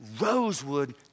Rosewood